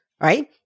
right